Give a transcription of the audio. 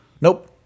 Nope